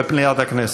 במליאת הכנסת.